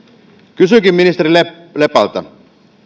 kysynkin ministeri lepältä